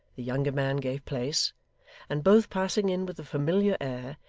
the younger man gave place and both passing in with a familiar air,